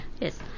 Yes